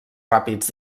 ràpids